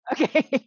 Okay